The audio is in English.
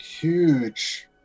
huge